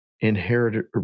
inherited